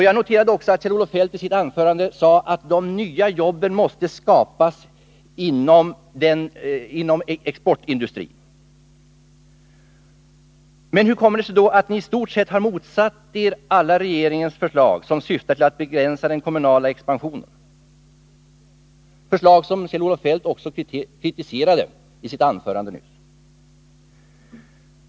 Jag noterade också att Kjell-Olof Feldt i sitt anförande sade att de nya jobben måste skapas inom exportindustrin. Men hur kommer det sig då att ni istort sett har motsatt er alla regeringens förslag som syftar till att begränsa den kommunala expansionen, förslag som Kjell-Olof Feldt också kritiserade i sitt anförande nu?